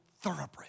thoroughbred